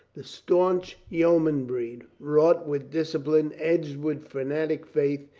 the stanch yeo man breed, wrought with discipline, edged with fanatic faith!